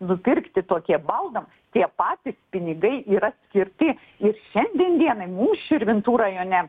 nupirkti tokiem baldam tie patys pinigai yra skirti ir šiandien dienai mūs širvintų rajone